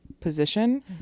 position